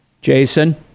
Jason